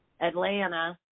atlanta